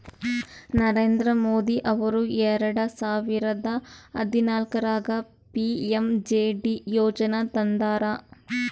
ನರೇಂದ್ರ ಮೋದಿ ಅವರು ಎರೆಡ ಸಾವಿರದ ಹದನಾಲ್ಕರಾಗ ಪಿ.ಎಮ್.ಜೆ.ಡಿ ಯೋಜನಾ ತಂದಾರ